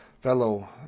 fellow